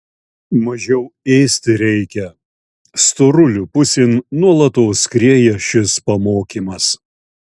mažiau ėsti reikia storulių pusėn nuolatos skrieja šis pamokymas